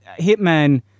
Hitman